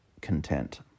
content